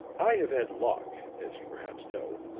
i have had locke, as you perhaps know,